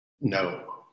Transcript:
No